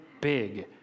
big